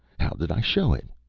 how did i show it?